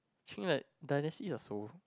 Qing at dynasty are so